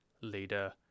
leader